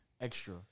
extra